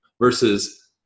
versus